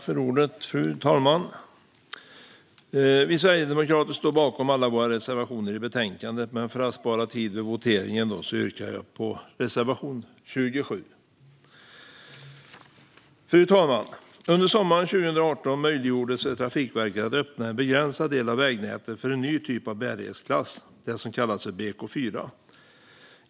Fru talman! Sverigedemokraterna står bakom alla våra reservationer i betänkandet, men för att spara tid vid voteringen yrkar jag bifall endast till reservation 27. Fru talman! Under sommaren 2018 möjliggjordes för Trafikverket att öppna en begränsad del av vägnätet för en ny typ av bärighetsklass, det som kallas BK4.